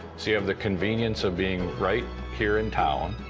so you have the convenience of being right here in town,